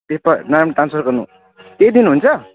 paper नाम transfer गर्नु त्यही दिन हुन्छ